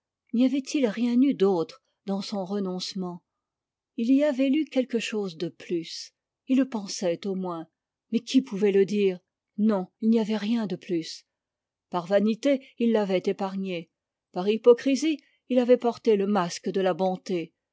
avait-il rien eu d'autre dans son renoncement il y avait lu quelque chose de plus il le pensait au moins mais qui pouvait le dire non il n'y avait rien de plus par vanité il l'avait épargnée par hypocrisie il avait porté le masque de la bonté